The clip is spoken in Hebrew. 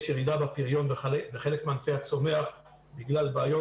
יש ירידה בפריון בחלק מענפי הצומח במיוחד